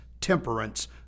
temperance